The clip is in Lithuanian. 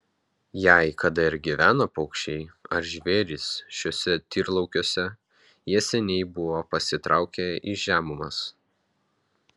jei kada ir gyveno paukščiai ar žvėrys šiuose tyrlaukiuose jie seniai buvo pasitraukę į žemumas